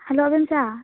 hello ꯑꯕꯦꯝꯆꯥ